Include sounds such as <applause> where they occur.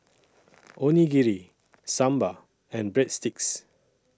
<noise> Onigiri Sambar and Breadsticks